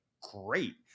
great